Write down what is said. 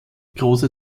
große